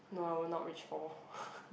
no I will not reach four